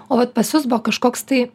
o pas jus buvo kažkoks tai